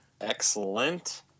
Excellent